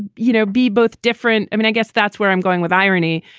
you know, be both different. i mean, i guess that's where i'm going with irony,